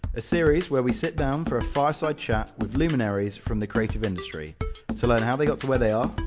a series where we sit down for a fireside chat with luminaries from the creative industry to learn how they got to where they are,